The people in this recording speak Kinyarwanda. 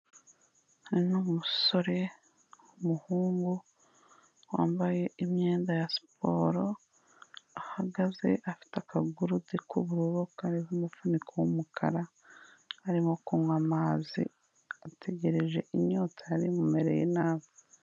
Uyu ni umusore, umuhungu wambaye imyenda ya siporo, ahagaze afite akagurude k'ubururu kariho umufuniko w'umukara, arimo kunywa amazi, ategereje inyota yari imumereye nabi.